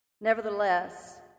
Nevertheless